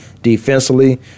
defensively